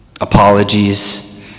apologies